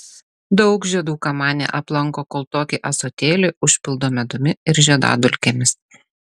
daug žiedų kamanė aplanko kol tokį ąsotėlį užpildo medumi ir žiedadulkėmis